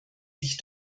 sich